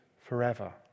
forever